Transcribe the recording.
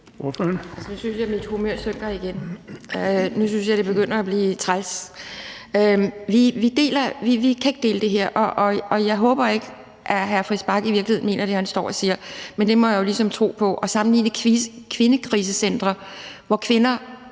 nu synes jeg, mit humør synker igen. Nu synes jeg, det begynder at blive træls. Vi kan ikke dele det her, og jeg håber ikke, at hr. Christian Friis Bach i virkeligheden mener det, han står og siger, men det må jeg jo ligesom tro på. At sammenligne med kvindekrisecentre, hvor kvinder,